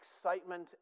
excitement